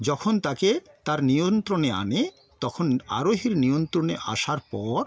যখন তাকে তার নিয়ন্ত্রণে আনে তখন আরোহীর নিয়ন্ত্রণে আসার পর